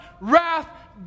wrath